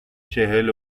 چهل